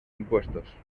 impuestos